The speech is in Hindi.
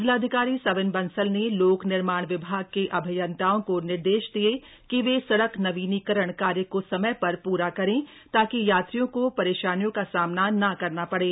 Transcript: जिलाधिकारी सविन बंसल ने लोक निर्माण विभाग के अभियंताओं को निर्देश दिए कि वे सड़क नवीनीकरण कार्य को समय पर प्रा करे ताकि यात्रियों को परेशानियों का सामना न करना पड़े